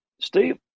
Steve